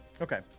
Okay